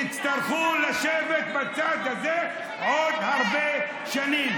תצטרכו לשבת בצד הזה עוד הרבה שנים.